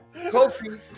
Kofi